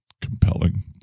Compelling